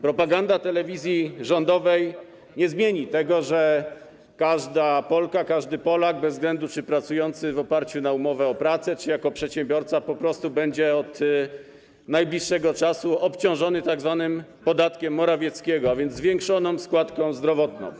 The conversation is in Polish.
Propaganda telewizji rządowej nie zmieni tego, że każda Polka i każdy Polak, bez względu na to, czy pracujący w oparciu o umowę o pracę, czy jako przedsiębiorcy, po prostu będą od najbliższego czasu obciążeni tzw. podatkiem Morawieckiego, a więc zwiększoną składką zdrowotną.